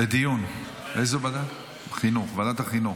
לדיון בוועדת החינוך.